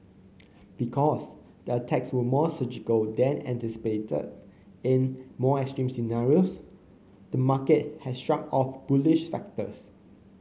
because the attacks were more surgical than anticipated in more extreme scenarios the market has shrugged off bullish factors